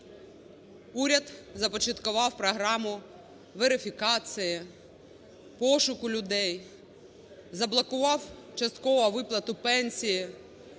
Уряд започаткував програму верифікації, пошуку людей, заблокував частково виплату пенсії